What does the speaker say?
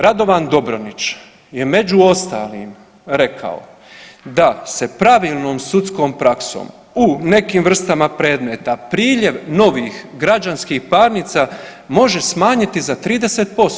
Radovan Dobronić je među ostalim rekao da se pravilnom sudskom praksom u nekim vrstama predmeta priljev novih građanskih parnica može smanjiti za 30%